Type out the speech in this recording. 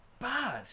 bad